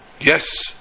Yes